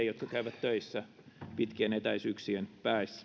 jotka käyvät töissä pitkien etäisyyksien